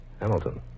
Hamilton